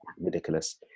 ridiculous